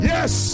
Yes